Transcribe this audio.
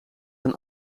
een